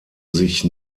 sich